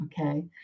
Okay